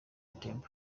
temple